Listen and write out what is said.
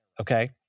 okay